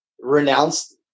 renounced